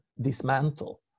dismantle